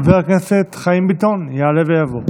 חבר הכנסת חיים ביטון יעלה ויבוא.